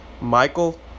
Michael